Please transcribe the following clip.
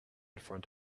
front